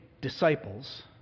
disciples